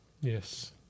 Yes